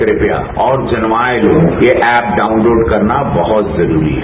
कृपया अउर जनवावे लोर्गो की ऐप डाउनलोड करना बहुत जरूरी है